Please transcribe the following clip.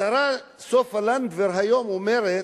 השרה סופה לנדבר היום אומרת,